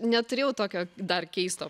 neturėjau tokio dar keisto